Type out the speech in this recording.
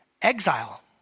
Exile